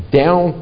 down